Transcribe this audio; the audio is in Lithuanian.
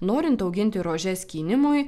norint auginti rožes skynimui